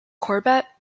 corbett